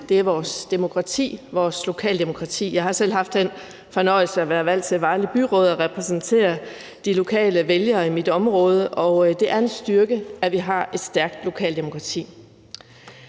er vores demokrati, vores lokaldemokrati. Jeg har selv haft den fornøjelse at være valgt til Vejle Byråd og repræsentere de lokale vælgere i mit område, og det er en styrke, at vi har et stærkt lokaldemokrati.